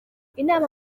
inama